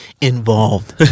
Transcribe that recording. involved